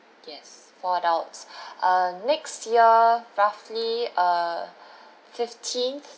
yes four adults err next year roughly err fifteenth